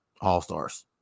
All-stars